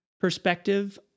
perspective